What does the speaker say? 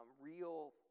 real